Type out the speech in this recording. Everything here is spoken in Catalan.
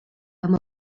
amb